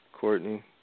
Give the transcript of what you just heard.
Courtney